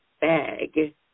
bag